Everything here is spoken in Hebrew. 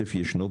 כסף ישנו,